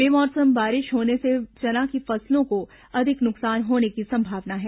बेमौसम बारिश होने से चना की फसलों को अधिक नुकसान होने की संभावना है